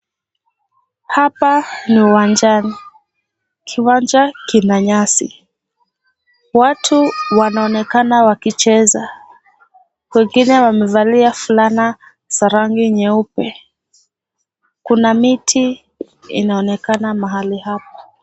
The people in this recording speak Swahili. Hapa ni uwanjani, kiwanja kina nyasi. Watu wanaonekana wakicheza wengine wamevalia fulana za rangi nyeupe. Kuna miti inaonekana mahali hapo.